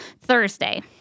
Thursday